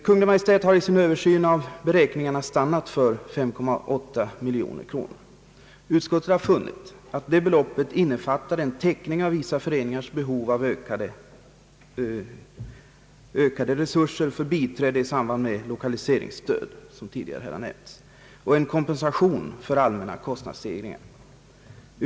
Kungl. Maj:t har i sin översyn av beräkningarna stannat för 5,8 miljoner kronor. Utskottet har funnit att det beloppet innefattar en täckning av vissa föreningars behov av ökade resurser för biträde i samband med lokaliseringsstöd, vilket har nämnts här tidigare, och en kompensation för allmänna kostnadsstegringar.